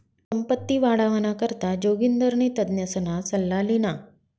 संपत्ती वाढावाना करता जोगिंदरनी तज्ञसना सल्ला ल्हिना